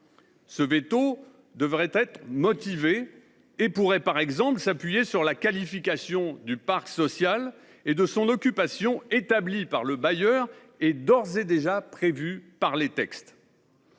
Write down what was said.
Ce veto devrait être motivé et pourrait, par exemple, s’appuyer sur la qualification du parc social et de son occupation établie par le bailleur et d’ores et déjà prévue par les textes.